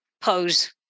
pose